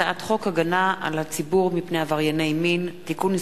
הצעת חוק הגנה על הציבור מפני עברייני מין (תיקון מס'